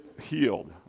healed